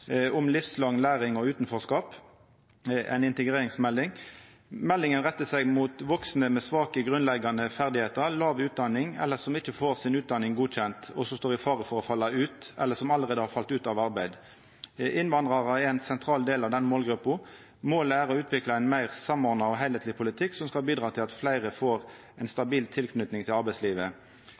om livslang læring og utanforskap, ei integreringsmelding. Meldinga rettar seg mot vaksne med svake grunnleggjande ferdigheiter, låg utdanning eller som ikkje får utdanninga si godkjend, og som står i fare for å falla ut av eller allereie har falle ut av arbeid. Innvandrarar er ein sentral del av denne målgruppa. Målet er å utvikla ein meir samordna og heilskapleg politikk som skal bidra til at fleire får ei stabil tilknyting til arbeidslivet.